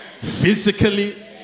physically